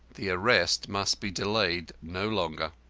the arrest must be delayed no longer.